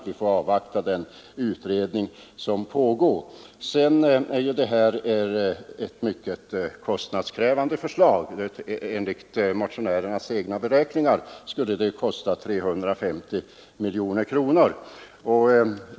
Vi får avvakta den utredning som pågår. Vidare är detta ett mycket kostnadskrävande förslag. Enligt motionärernas egna beräkningar skulle det kosta 350 miljoner kronor.